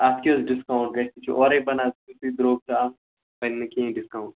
اَتھ کیٛاہ حظ ڈِسکاوُنٛٹ گژھِ یہِ چھِ اورَے بَنان درٛوٚگ تہٕ اَتھ بنہِ نہٕ کِہیٖنۍ ڈِسکاوُنٛٹ